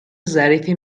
ظریفی